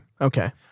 Okay